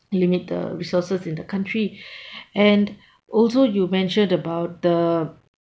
limit the resources in the country and also you mentioned about the